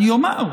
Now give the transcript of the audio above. אני אומר.